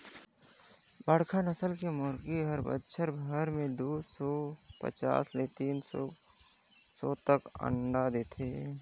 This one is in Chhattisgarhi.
बड़खा नसल के मुरगी हर बच्छर भर में दू सौ पचास ले तीन सौ तक ले अंडा देथे